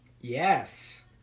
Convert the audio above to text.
Yes